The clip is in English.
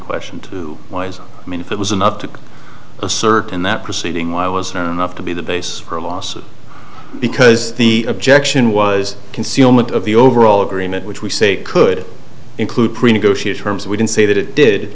question to wise men if it was an up to a certain that proceeding why was not enough to be the basis for a lawsuit because the objection was concealment of the overall agreement which we say could include pre negotiated herm's we didn't say that it did